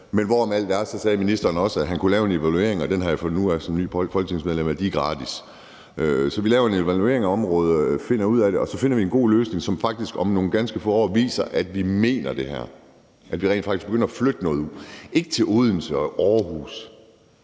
Men hvorom alting er, sagde ministeren også, at han kunne lave en evaluering, og dem har jeg som nyt folketingsmedlem fundet ud af er gratis. Så vi laver en evaluering af området og finder ud af det, og så finder vi en god løsning, som faktisk om nogle ganske få år viser, at vi mener det her, og at vi rent faktisk begynder at flytte noget ud, ikke til Odense og Aarhus,